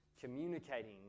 communicating